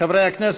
חברי הכנסת,